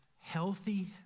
healthy